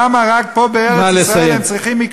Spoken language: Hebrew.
למה רק פה, בארץ-ישראל, הם צריכים, נא לסיים.